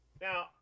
Now